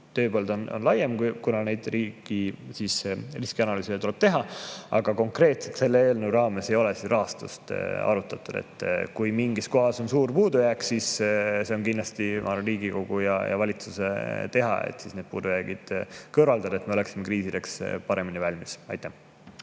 tööpõld, kuna neid riigi riskianalüüse tuleb teha. Aga konkreetselt selle eelnõu raames ei ole rahastust arutatud. Kui mingis kohas on suur puudujääk, siis see on kindlasti Riigikogu ja valitsuse teha, et need puudujäägid kõrvaldada, et me oleksime kriisideks paremini valmis. Aitäh!